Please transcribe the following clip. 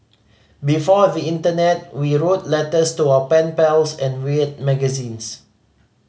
before the internet we wrote letters to our pen pals and read magazines